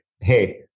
hey